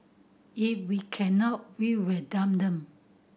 if we cannot we will dump them